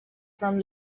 from